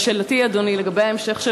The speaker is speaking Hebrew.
אבל לשאלתי, אדוני, לגבי ההמשך,